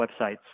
websites